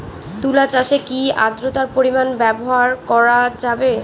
তুলা চাষে কি আদ্রর্তার পরিমাণ ব্যবহার করা যাবে?